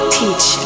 teach